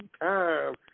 time